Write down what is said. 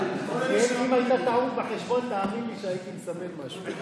אם הייתה טעות בחשבון, תאמין לי שהייתי מסמן משהו.